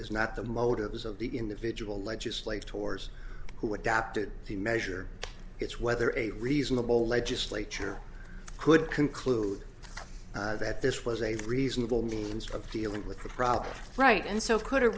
is not the motives of the individual legislature tours who adapted the measure it's whether a reasonable legislature could conclude that this was a reasonable means of dealing with the problem right and so